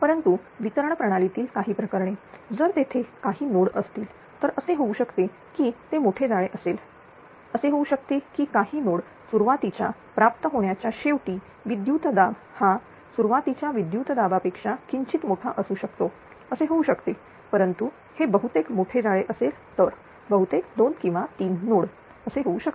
परंतु वितरण प्रणालीतील काही प्रकरणे जर तेथे काही नोड असतील तर असे होऊ शकते कि ते मोठे जाळे असेल असे होऊ शकते की काही नोड सुरुवातीच्या प्राप्त होण्याच्या शेवटी विद्युतदाब हा सुरवातीच्या विद्युत दाबाच्या पेक्षा किंचित मोठा मोठा असू शकतो असे होऊ शकते परंतु हे बहुतेक मोठे जाळे असेल तर बहुतेक 2 किंवा 3 नोड असे होऊ शकते